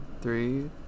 three